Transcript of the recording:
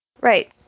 Right